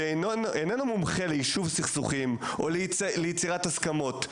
שאיננו מומחה ליישוב סכסוכים או ליצירת הסכמות,